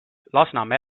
lasnamäe